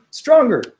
stronger